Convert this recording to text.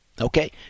Okay